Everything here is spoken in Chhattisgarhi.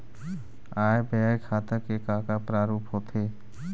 आय व्यय खाता के का का प्रारूप होथे?